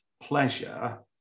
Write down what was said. pleasure